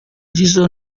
jizzo